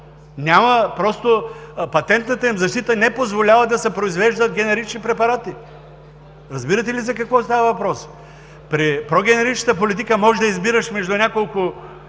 просто патентната им защита не позволява да се произвеждат генерични препарати. Разбирате ли за какво става въпрос? При прогенеричната политика може да избираш между няколко